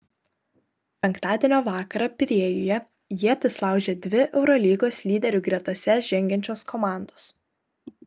penktadienio vakarą pirėjuje ietis laužė dvi eurolygos lyderių gretose žengiančios komandos